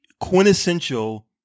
quintessential